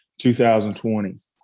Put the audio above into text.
2020